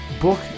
book